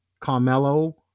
Carmelo